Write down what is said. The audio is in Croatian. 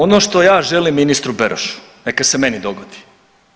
Ono što ja želim ministru Berošu neka se meni dogodi.